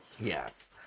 Yes